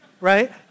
right